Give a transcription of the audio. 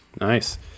Nice